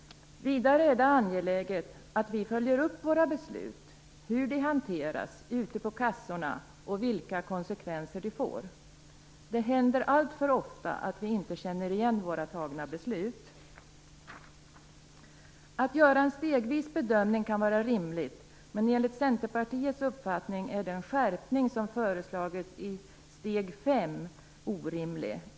Vidare är det angeläget att vi följer upp våra beslut; hur de hanteras ute på kassorna och vilka konsekvenser de får. Det händer alltför ofta att vi inte känner igen de beslut vi fattat. Att göra en stegvis bedömning kan vara rimligt, men enligt Centerpartiets uppfattning är den skärpning som föreslagits i steg 5 orimlig.